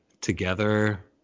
together